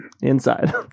Inside